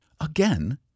Again